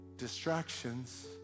Distractions